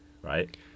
right